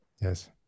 yes